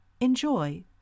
Enjoy